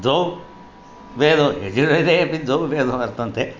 द्वौ वेदौ यजुर्वेदे अपि द्वौ वेदौ वर्तेते